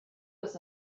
was